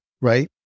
right